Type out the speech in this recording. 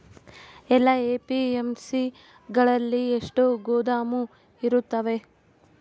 ಎಲ್ಲಾ ಎ.ಪಿ.ಎಮ್.ಸಿ ಗಳಲ್ಲಿ ಎಷ್ಟು ಗೋದಾಮು ಇರುತ್ತವೆ?